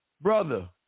brother